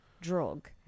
drug